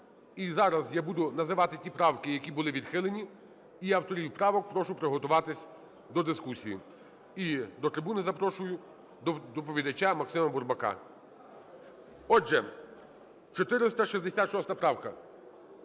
зараз я буду називати ті правки, які були відхилені, і авторів правок прошу приготуватись до дискусії. І до трибуни запрошую доповідача Максима Бурбака. Отже, 466 правка.